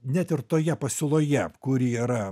net ir toje pasiūloje kuri yra